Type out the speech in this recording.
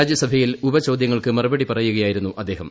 രാജ്യസഭയിൽ ഉപചോദ്യങ്ങൾക്ക് മറുപടി പറയുകയായിരുന്നു അദ്ദേഹം